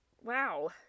Wow